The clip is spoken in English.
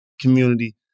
community